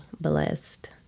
blessed